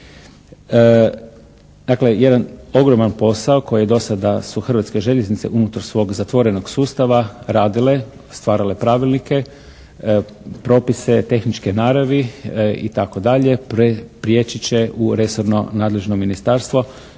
Dakle jedan ogroman posao koji do sada su Hrvatske željeznice unutar svog zatvorenog sustava radile, stvarale pravilnike, propise tehničke naravni itd. prijeći će u resorno nadležno ministarstvo